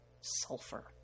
sulfur